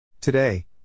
Today